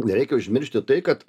nereikia užmiršti tai kad